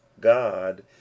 God